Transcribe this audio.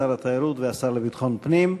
שר התיירות והשר לביטחון הפנים.